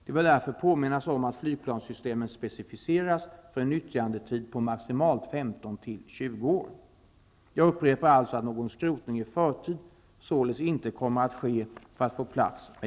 Det bör därför påminnas om att flygplanssystemen specificeras för en nyttjandetid på maximalt 15--20 Jag upprepar alltså att någon skrotning i förtid således inte kommer att ske för att få plats med